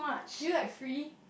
do you like free